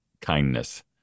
kindness